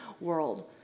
world